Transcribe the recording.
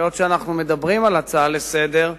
היות שאנחנו מדברים על הצעה לסדר-היום,